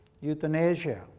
euthanasia